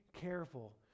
careful